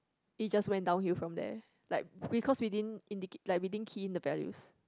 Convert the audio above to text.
it just went downhill from there like because we didn't indic~ like we didn't key in the values